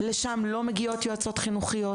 לשם לא מגיעות יועצות חינוכיות,